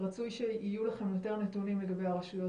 רצוי שיהיו לכם יותר נתונים לגבי הרשויות